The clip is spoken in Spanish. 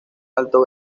alto